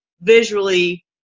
visually